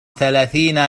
ثلاثين